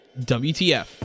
WTF